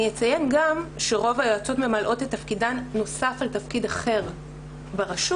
אציין גם שרוב היועצות ממלאות את תפקידן בנוסף לתפקיד אחר ברשות,